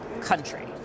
country